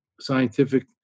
scientific